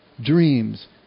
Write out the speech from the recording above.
dreams